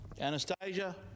Anastasia